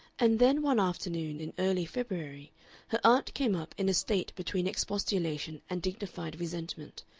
and then one afternoon in early february her aunt came up in a state between expostulation and dignified resentment,